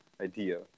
idea